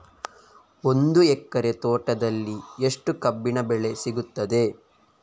ಒಂದು ಎಕರೆ ತೋಟದಲ್ಲಿ ಎಷ್ಟು ಕಬ್ಬಿನ ಬೆಳೆ ಸಿಗುತ್ತದೆ?